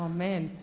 Amen